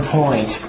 point